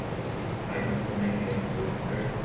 just type my full name james ward. the third